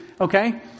Okay